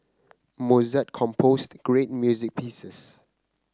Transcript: Mozart composed great music pieces